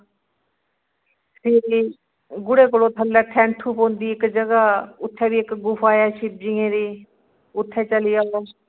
फिर गुड़े कोला थ'ल्लै ठैंठू पौंदी इक जगह उत्थै बी गुफा ऐ शिवजियें दी उत्थै चली जाओ